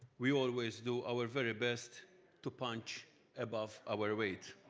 we always do our very best to punch above our weight.